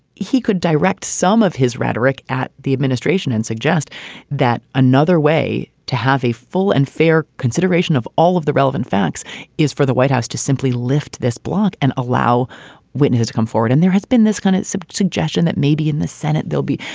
he could direct some of his rhetoric at the administration and suggest that another way to have a full and fair consideration of all of the relevant facts is for the white house to simply lift this block and allow witnesses come forward. and there has been this kind of suggestion that maybe in the senate they'll be.